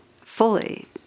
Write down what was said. fully